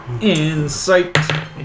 Insight